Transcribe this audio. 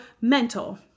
mental